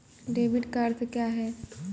Debit का अर्थ क्या है?